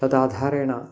तदाधारेण